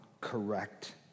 correct